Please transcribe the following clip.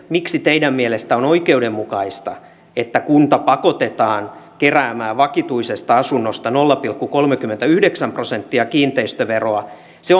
miksi teidän mielestänne on oikeudenmukaista että kunta pakotetaan keräämään vakituisesta asunnosta nolla pilkku kolmekymmentäyhdeksän prosenttia kiinteistöveroa se